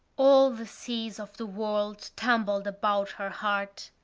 all the seas of the world tumbled about her heart.